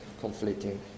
conflicting